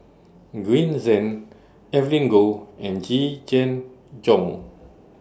Green Zeng Evelyn Goh and Yee Jenn Jong